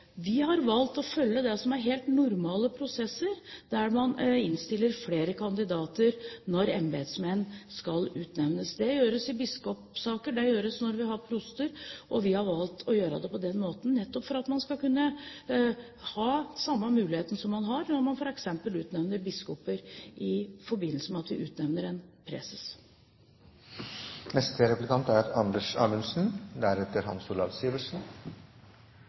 Vi har valgt å følge det som er helt normale prosesser, der man innstiller flere kandidater når embetsmenn skal utnevnes. Det gjøres i biskopsaker, det gjøres når vi har proster. Vi har valgt å gjøre det på denne måten nettopp for at man skal kunne ha samme muligheten som man har når man f.eks. utnevner biskoper, i forbindelse med at vi utnevner en